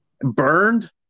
Burned